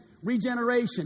Regeneration